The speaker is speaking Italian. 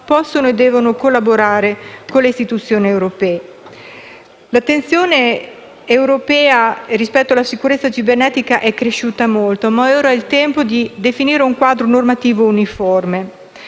possono e devono collaborare con le istituzioni europee. L'attenzione dell'Unione europea rispetto alla sicurezza cibernetica è cresciuta molto, ma ora è il tempo di definire un quadro normativo uniforme.